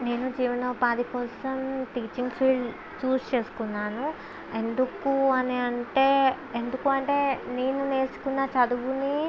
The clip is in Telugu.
నేను జీవనోపాధి కోసం టీచింగ్ ఫీల్డ్ చూస్ చేసుకున్నాను ఎందుకు అని అంటే ఎందుకంటే నేను నేర్చుకున్న చదువుని